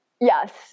Yes